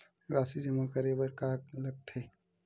राशि जमा करे बर का का लगथे?